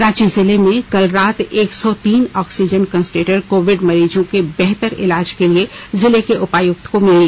रांची जिले में कल रात एक सौ तीन ऑक्सीजन कंस्टेटर कोविड मरीजों के बेहतर इलाज के लिए जिले के उपायुक्त को मिली